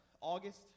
August